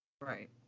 Right